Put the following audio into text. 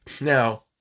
Now